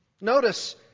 Notice